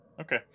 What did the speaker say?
Okay